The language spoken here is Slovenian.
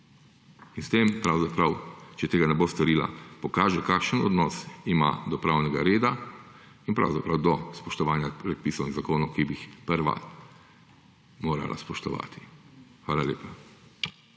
In s tem pravzaprav, če tega ne bo storila pokaže kakšen odnos ima do pravnega reda in pravzaprav do spoštovanja predpisov in zakonov, ki bi jih prva morala spoštovati. Hvala lepa.